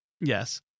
Yes